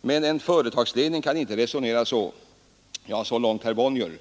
men en företagsledning kan inte resonera så.” Så långt herr Bonnier.